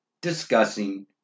discussing